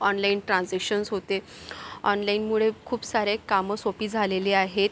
online transactions होते ऑनलाइनमुळे खूप सारे कामं सोपी झालेली आहेत